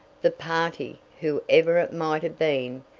the party, whoever it might have been,